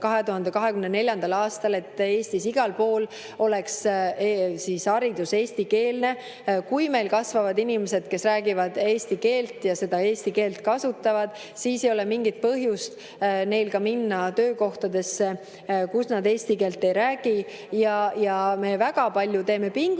2024. aastal, et Eestis igal pool oleks haridus eestikeelne. Kui meil kasvavad inimesed, kes räägivad eesti keelt ja seda eesti keelt kasutavad, siis ei ole mingit põhjust neil ka minna töökohtadesse, kus nad eesti keelt ei räägi. Me teeme väga palju pingutusi